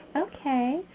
Okay